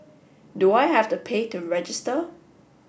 do I have to pay to register